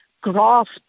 grasp